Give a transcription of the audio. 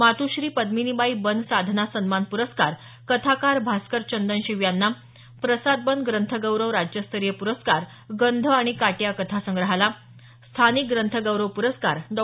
मात्श्री पद्मिनीबाई बन साधना सन्मान प्रस्कार कथाकार भास्कर चंदनशिव यांना प्रसाद बन ग्रंथगौरव राज्यस्तरीय प्रस्कार गंध आणि काटे या कथासंग्रहाला स्थानिक ग्रंथगौरव पुरस्कार डॉ